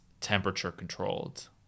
temperature-controlled